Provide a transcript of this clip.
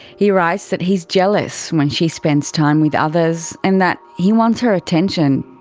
he writes that he's jealous when she spends time with others, and that he wants her attention,